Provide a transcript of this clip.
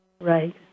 Right